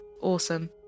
Awesome